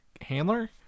handler